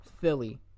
Philly